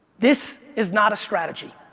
this is not a strategy.